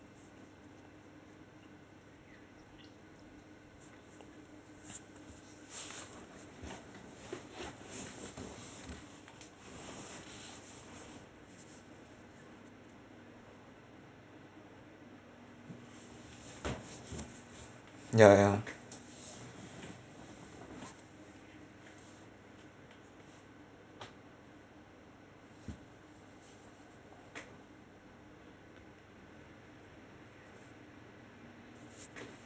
ya ya